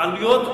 והעלויות,